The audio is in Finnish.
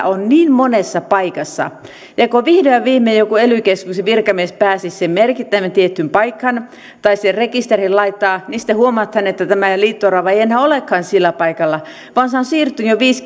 on niin monessa paikassa ja kun vihdoin ja viimein joku ely keskus ja virkamies pääsisi sen merkitsemään tiettyyn paikkaan tai sen rekisteriin laittaa niin sitten huomataan että tämä liito orava ei enää olekaan sillä paikalla vaan se on siirtynyt jo viisi